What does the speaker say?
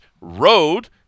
road